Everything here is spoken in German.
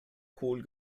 cool